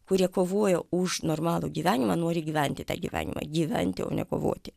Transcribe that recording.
kurie kovojo už normalų gyvenimą nori gyventi tą gyvenimą gyventi o nekovoti